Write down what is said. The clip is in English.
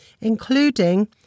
including